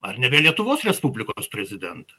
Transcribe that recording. ar ne vien lietuvos respublikos prezidentą